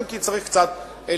אם כי צריך קצת להיזהר,